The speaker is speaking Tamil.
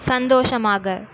சந்தோஷமாக